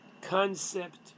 concept